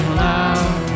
loud